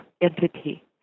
Entity